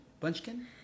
Bunchkin